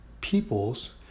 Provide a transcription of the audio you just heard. peoples